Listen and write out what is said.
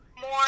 more